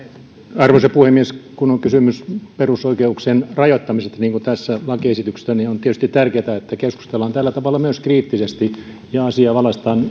arvoisa puhemies kun on kysymys perusoikeuksien rajoittamisesta niin kuin tässä lakiesityksessä on tietysti tärkeää että keskustellaan tällä tavalla myös kriittisesti ja asiaa valaistaan